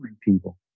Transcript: people